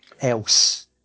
else